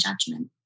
judgment